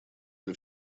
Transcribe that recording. для